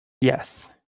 Yes